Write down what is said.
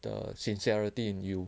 the sincerity in you